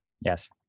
Yes